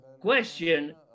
question